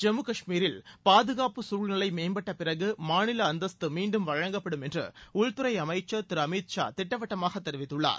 ஜம்மு காஷ்மீரில் பாதுகாப்பு சூழ்நிலை மேம்பட்ட பிறகு மாநில அந்தஸ்து மீண்டும் வழங்கப்படும் என்று உள்துறை அமைச்சர் திரு அமித் ஷா திட்டவட்டமாக தெரிவித்துள்ளார்